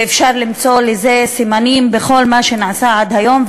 ואפשר למצוא לזה סימנים בכל מה שנעשה עד היום,